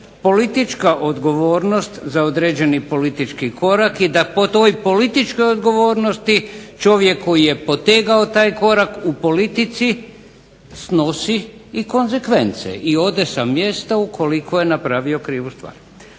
politička odgovornost za određeni politički korak i da po toj političkoj odgovornosti čovjek koji je potegao taj korak u politici snosi i konzekvence i ode sa mjesta ukoliko je napravio krivu stvar.